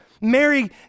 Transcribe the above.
Mary